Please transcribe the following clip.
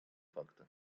факты